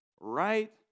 right